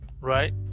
right